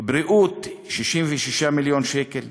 בריאות, 66 מיליון שקל,